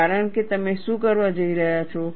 કારણ કે તમે શું કરવા જઈ રહ્યા છો